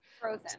Frozen